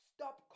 Stop